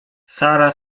sara